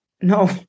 no